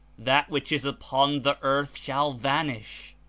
that which is upon the earth shall van ish,